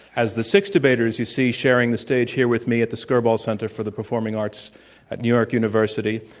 as the six debaters you see sharing the stage here with me at the skirball center for the performing arts at new york university,